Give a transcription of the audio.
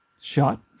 shot